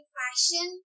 fashion